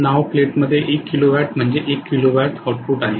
नाव प्लेटमध्ये 1 kilowatt म्हणजे 1 kilowatt output आहे